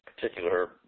particular